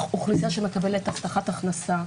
אוכלוסייה שמקבלת הבטחת הכנסה,